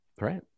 right